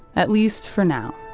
at least for now